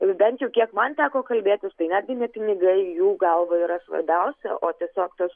bent jau kiek man teko kalbėtis tai netgi ne pinigai jų galva yra svarbiausia o tiesiog tas